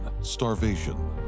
starvation